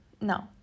no